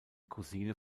cousine